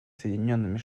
соединенными